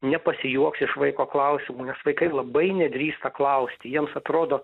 nepasijuoks iš vaiko klausimų nes vaikai labai nedrįsta klausti jiems atrodo